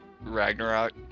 Ragnarok